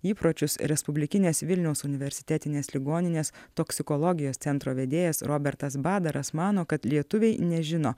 įpročius respublikinės vilniaus universitetinės ligoninės toksikologijos centro vedėjas robertas badaras mano kad lietuviai nežino